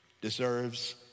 deserves